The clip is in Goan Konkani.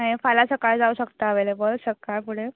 मागीर फाल्यां सकाळीं जावं शकता अवेलेबल सक्काळ फुडें